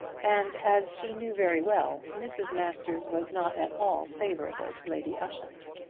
and, as she knew very well, mrs. masters was not at all favourable to lady ushant.